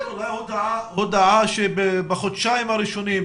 אולי הודעה שבחודשיים הראשונים,